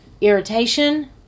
irritation